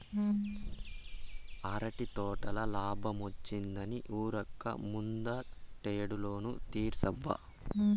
అరటి తోటల లాబ్మొచ్చిందని ఉరక్క ముందటేడు లోను తీర్సబ్బా